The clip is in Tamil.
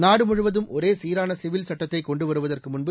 நாடுமுழுவதும் ஒரே சீரான சிவில் சட்டத்தை கொண்டு வருவதற்கு முன்பு